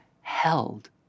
held